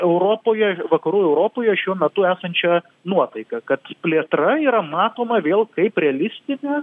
europoje vakarų europoje šiuo metu esančią nuotaiką kad plėtra yra matoma vėl kaip realistinė